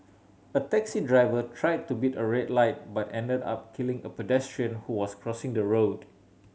a taxi driver try to beat a red light but ended up killing a pedestrian who was crossing the road